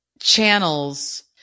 channels